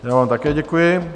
Já vám také děkuji.